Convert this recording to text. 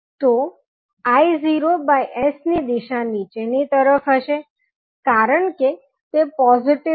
તો i0s ની દિશા નીચેની તરફ હશે કારણ કે તે પોઝિટીવ છે